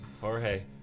Jorge